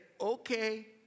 okay